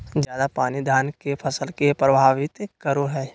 ज्यादा पानी धान के फसल के परभावित करो है?